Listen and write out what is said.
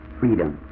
freedom